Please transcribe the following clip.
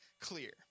clear